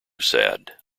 sad